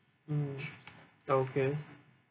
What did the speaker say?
mm ah okay